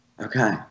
Okay